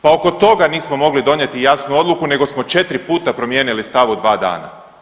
Pa oko toga nismo mogli donijeti jasnu odluku nego smo četiri puta promijenili stav u dva dana.